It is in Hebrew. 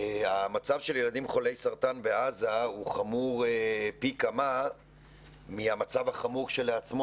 המצב של ילדים חולי סרטן בעזה הוא חמור פי כמה מהמצב החמור כשלעצמו